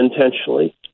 intentionally